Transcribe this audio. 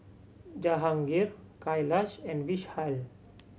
Jahangir Kailash and Vishal